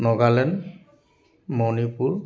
Nagaland Manipur